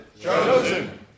Chosen